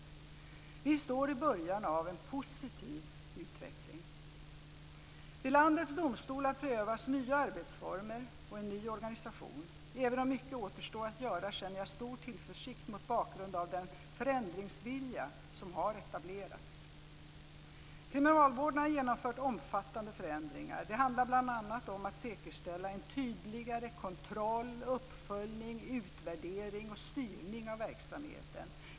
Vi står i början av en positiv utveckling. Vid landets domstolar prövas nya arbetsformer och en ny organisation. Även om mycket återstår att göra känner jag stor tillförsikt mot bakgrund av den förändringsvilja som har etablerats. Kriminalvården har genomfört omfattande förändringar. Det handlar bl.a. om att säkerställa en tydligare kontroll, uppföljning, utvärdering och styrning av verksamheten.